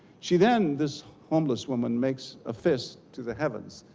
she then, this home less woman makes a fist to the heaven.